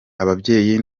ababyeyi